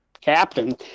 captain